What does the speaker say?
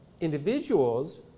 individuals